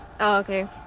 Okay